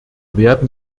werden